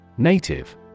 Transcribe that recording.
Native